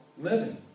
living